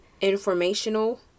informational